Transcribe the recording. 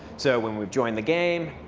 so when we've joined the game,